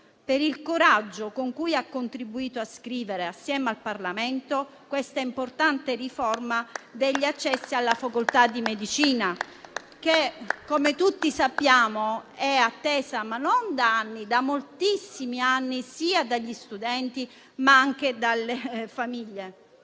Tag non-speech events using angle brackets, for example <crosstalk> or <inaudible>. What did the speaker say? per il coraggio con cui ha contribuito a scrivere, assieme al Parlamento, questa importante riforma degli accessi alla facoltà di medicina <applause> che - come tutti sappiamo - è attesa da moltissimi anni dagli studenti ma anche dalle famiglie.